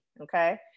Okay